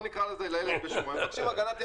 נקרא לילד בשמו הם מבקשים הגנת ינוקא,